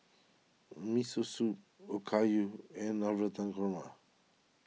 Miso Soup Okayu and Navratan Korma